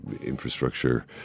infrastructure